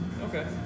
Okay